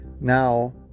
Now